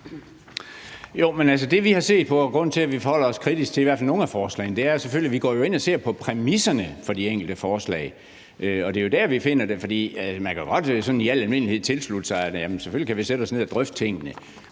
Jo, men altså det, vi gør, og grunden til, at vi forholder os kritisk til i hvert fald nogle af forslagene, er jo selvfølgelig, at vi går ind og ser på præmisserne for de enkelte forslag. Og det er jo der, vi finder det interessante, for man kan godt sådan i al almindelighed tilslutte sig det her. Selvfølgelig kan vi sætte os ned og drøfte tingene.